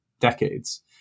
decades